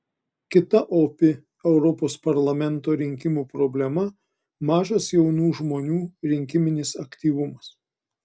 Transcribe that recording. kita opi europos parlamento rinkimų problema mažas jaunų žmonių rinkiminis aktyvumas